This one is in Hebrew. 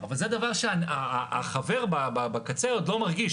אבל זה דבר שהחבר בקצה עוד לא מרגיש,